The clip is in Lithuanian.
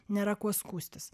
nėra kuo skųstis